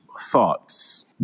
thoughts